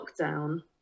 lockdown